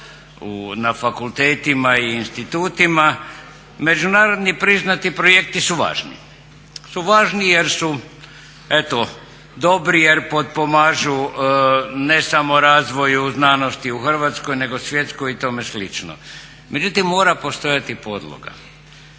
na fakultetima i institutima međunarodni priznati projekti su važni jer su eto dobri, jer potpomažu ne samo razvoju znanosti u Hrvatskoj nego svjetskoj i tome slično. Međutim mora postojati podloga.